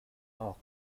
awk